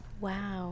Wow